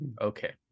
Okay